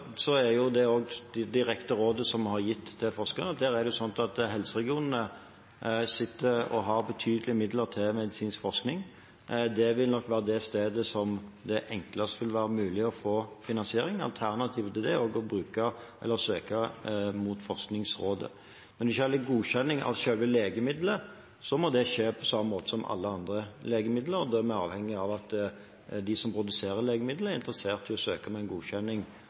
er det direkte rådet vi har gitt forskerne, at helseregionene har betydelige midler til medisinsk forskning, og nok vil være det stedet der det enklest vil være mulig å få finansiering. Alternativet er å søke Forskningsrådet. Når det gjelder godkjenning av selve legemiddelet, må det skje på samme måte som med alle andre legemidler. Der er vi avhengig av at de som produserer legemiddelet, er interessert i å søke om en godkjenning